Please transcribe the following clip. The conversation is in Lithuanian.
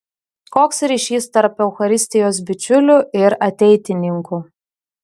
koks ryšys tarp eucharistijos bičiulių ir ateitininkų